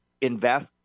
invest